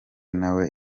nawe